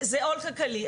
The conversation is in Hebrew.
זה עול כלכלי,